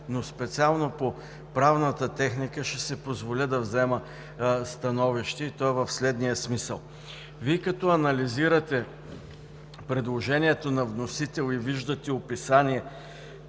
но специално по правната техника ще си позволя да взема становище и то в следния смисъл. Вие, като анализирате предложението на вносителя и виждате описание